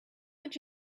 would